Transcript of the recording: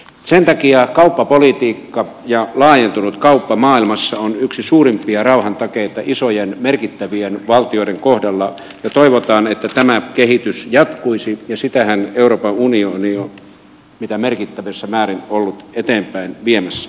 sen takia kauppapolitiikka ja laajentunut kauppa maailmassa on yksi suurimpia rauhan takeita isojen merkittävien valtioiden kohdalla ja toivotaan että tämä kehitys jatkuisi ja sitähän euroopan unioni on mitä merkittävimmässä määrin ollut eteenpäin viemässä